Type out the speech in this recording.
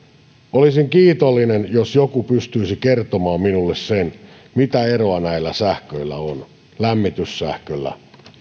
olisin kiitollinen jos joku pystyisi kertomaan minulle sen mitä eroa näillä sähköillä on lämmityssähköllä